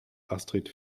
astrid